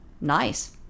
nice